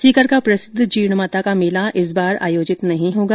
सीकर का प्रसिद्ध जीणमाता का मेला इस बार आयोजित नहीं होगा